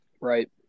Right